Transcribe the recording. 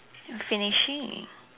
finishing